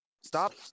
Stop